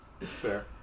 Fair